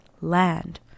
land